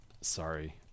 Sorry